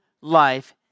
life